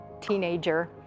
teenager